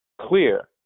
clear